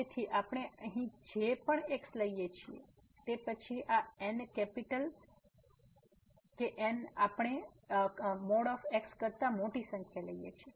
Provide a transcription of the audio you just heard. તેથી આપણે અહીં જે પણ x લઈએ છીએ તે પછી આ N કેપીટલ N આપણે આપણે | x | કરતા મોટી સંખ્યા લઈએ છીએ